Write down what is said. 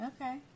Okay